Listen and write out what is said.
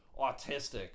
autistic